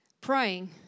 praying